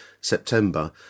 September